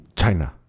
china